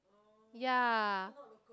yeah